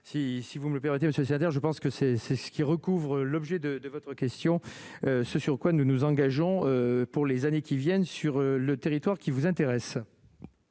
si vous me le permettez, monsieur, je pense que c'est, c'est ce qui recouvre l'objet de de votre question, ce sur quoi nous nous engageons pour les années qui viennent, sur le territoire qui vous intéresse.